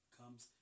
comes